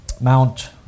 Mount